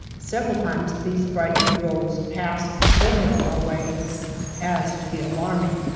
several times these frightened droves passed so near our wagons as to be alarming.